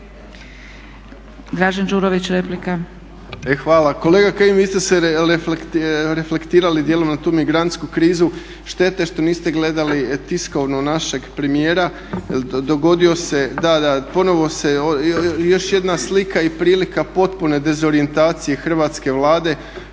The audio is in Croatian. Dražen Đurović, replika.